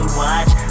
watch